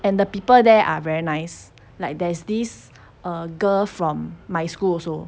and the people there are very nice like there's this um girl from my school also